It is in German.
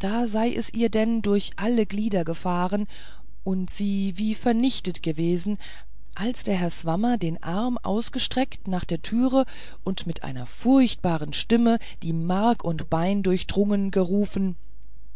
da sei es ihr denn durch alle glieder gefahren und sie wie vernichtet gewesen als der herr swammer den arm ausgestreckt nach der türe und mit einer furchtbaren stimme die mark und bein durchdrungen gerufen